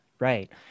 Right